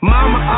Mama